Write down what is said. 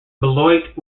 beloit